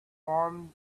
form